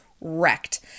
wrecked